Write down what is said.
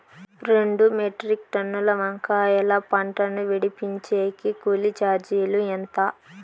రెండు మెట్రిక్ టన్నుల వంకాయల పంట ను విడిపించేకి కూలీ చార్జీలు ఎంత?